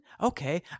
Okay